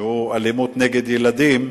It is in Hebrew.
שהוא בנושא אלימות נגד ילדים.